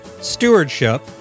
stewardship